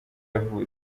yavutse